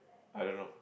I don't know